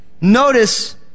Notice